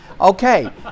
okay